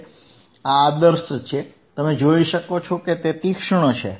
આ આદર્શ છે તમે જોઈ શકો છો કે તે તીક્ષ્ણ છે